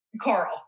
Carl